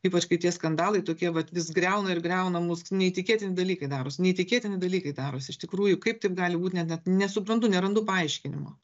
ypač kai tie skandalai tokie vat jis griauna ir griauna mus neįtikėtini dalykai daros neįtikėtini dalykai darosi iš tikrųjų kaip taip gali būt net net nesuprantu nerandu paaiškinimo